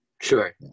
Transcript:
Sure